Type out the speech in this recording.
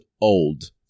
old